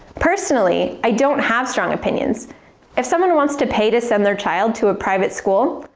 personally, i don't have strong opinions if someone wants to pay to send their child to a private school,